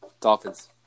Dolphins